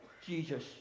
Jesus